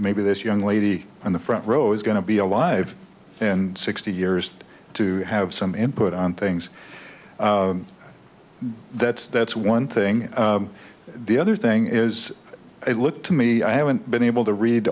maybe this young lady in the front row is going to be alive and sixty years to have some input on things that's that's one thing the other thing is it looked to me i haven't been able to read